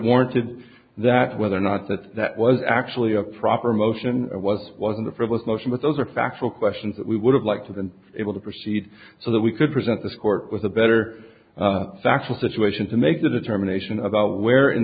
warranted that whether or not that that was actually a proper motion or was one of the frivolous motion but those are factual questions that we would have liked to them able to proceed so that we could present this court with a better factual situation to make the determination about where in